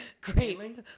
Great